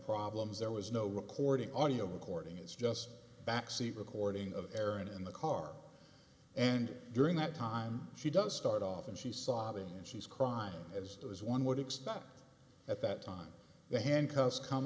problems there was no recording audio recording is just backseat recording of aaron in the car and during that time she does start off and she saw the and she's crying as as one would expect at that time the handcuffs come